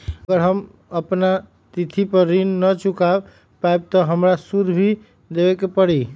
अगर हम अपना तिथि पर ऋण न चुका पायेबे त हमरा सूद भी देबे के परि?